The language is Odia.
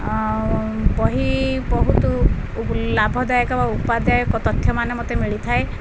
ଆଉ ବହି ବହୁତ ଲାଭଦାୟକ ଉପଦାୟକ ତଥ୍ୟମାନ ମୋତେ ମିଳିଥାଏ